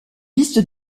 liste